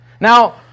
Now